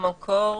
קודם כל,